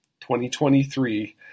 2023